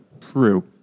True